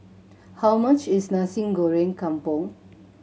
how much is Nasi Goreng Kampung